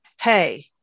hey